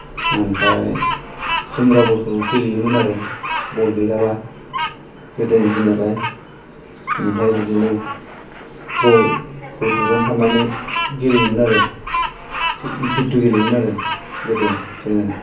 ओमफ्राय जुमब्राफोरखौबो गेलेयोमोन आरो बल गैलाबा गोदोनि दिन नालाय ओमफ्राय बिदिनो बल खौ दुरुं फाननानै गेलेयोमोन आरो फित्तु गेलेयोमोन आरो गोदो जोङो